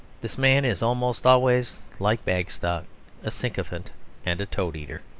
this man is almost always like bagstock a sycophant and a toad-eater.